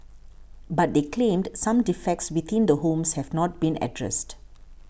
but they claimed some defects within the homes have not been addressed